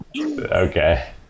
Okay